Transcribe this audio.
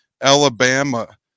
Alabama